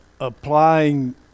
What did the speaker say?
applying